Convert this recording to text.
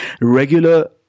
regular